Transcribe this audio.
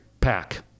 pack